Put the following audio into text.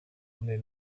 only